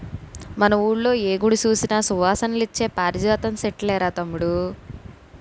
మన వూళ్ళో ఏ గుడి సూసినా సువాసనలిచ్చే పారిజాతం సెట్లేరా తమ్ముడూ